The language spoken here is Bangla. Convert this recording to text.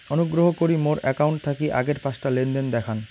অনুগ্রহ করি মোর অ্যাকাউন্ট থাকি আগের পাঁচটা লেনদেন দেখান